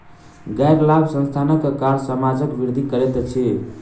गैर लाभ संस्थानक कार्य समाजक वृद्धि करैत अछि